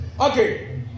Okay